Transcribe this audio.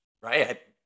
right